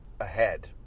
ahead